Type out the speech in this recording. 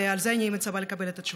ועל זה אני מצפה לקבל את התשובה.